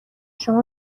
شما